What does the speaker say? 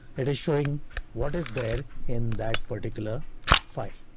it is showing what is there in that particular file.